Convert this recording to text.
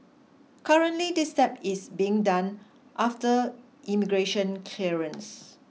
currently this step is being done after immigration clearance